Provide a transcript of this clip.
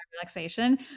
relaxation